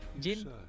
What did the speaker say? jin